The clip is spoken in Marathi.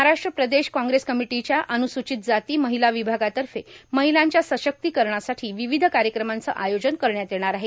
महाराष्ट्र प्रदेश काँग्रेस कमिटीच्या अनुसूचित जाती महिला विभागातर्फे महिलांच्या सशक्तीकरणासाठी विविध कार्यक्रमांचं आयोजन करण्यात येणार आहे